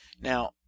Now